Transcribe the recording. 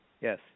Yes